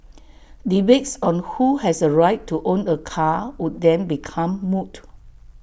debates on who has A right to own A car would then become moot